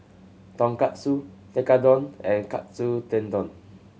Tonkatsu Tekkadon and Katsu Tendon